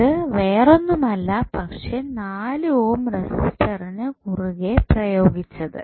ഇത് വേറൊന്നുമല്ല പക്ഷേ 4 ഓം റെസിസ്റ്ററിനു കുറുകെ പ്രയോഗിച്ചത്